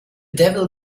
devil